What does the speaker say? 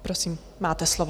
Prosím, máte slovo.